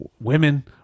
women